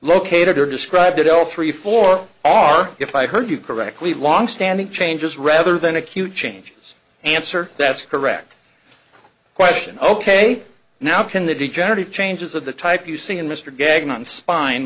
located are described at all three four are if i heard you correctly longstanding changes rather than acute changes answer that's correct question ok now can the degenerative changes of the type you see in mr gagne on spine